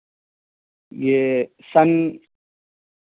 یہ سنہ